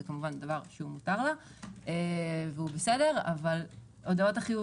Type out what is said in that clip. שזה כמובן דבר שמותר לה והוא בסדר אבל הודעות החיוב